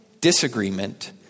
disagreement